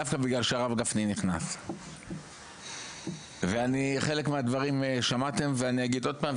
דווקא בגלל שהרב גפני נכנס וחלק מהדברים שמעתם ואני אגיד עוד פעם,